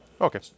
Okay